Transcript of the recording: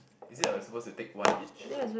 is it a supposed to take one each